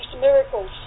miracles